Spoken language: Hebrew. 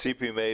ציפי,